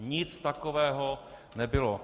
Nic takového nebylo.